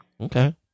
Okay